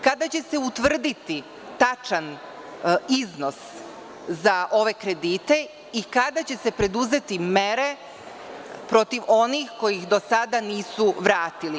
Kada će se utvrditi tačan iznos za ove kredite i kada će se preduzeti mere protiv onih koji ih do sada nisu vratili?